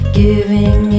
giving